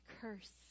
curse